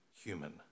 human